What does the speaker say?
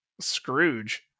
Scrooge